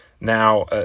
now